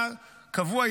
קבוע,